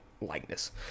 likeness